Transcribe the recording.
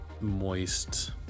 moist